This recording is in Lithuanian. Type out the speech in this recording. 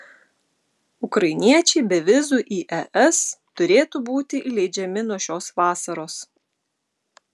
ukrainiečiai be vizų į es turėtų būti įleidžiami nuo šios vasaros